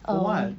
um